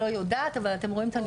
לא יודעת, אבל אתם רואים את הנתונים.